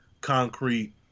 concrete